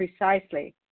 precisely